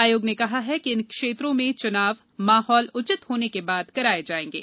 आयोग ने कहा है कि इन क्षेत्रों में चनाव माहौल उचित होने के बाद कराए जाएंगे